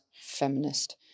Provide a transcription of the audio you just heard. feminist